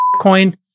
coin